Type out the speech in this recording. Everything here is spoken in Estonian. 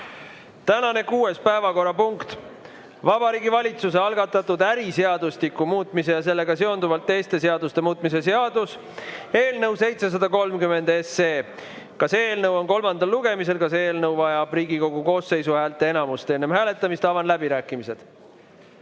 Tänane kuues päevakorrapunkt on Vabariigi Valitsuse algatatud äriseadustiku muutmise ja sellega seonduvalt teiste seaduste muutmise seaduse eelnõu [713] kolmas lugemine. Ka see eelnõu vajab Riigikogu koosseisu häälteenamust. Enne hääletamist avan läbirääkimised.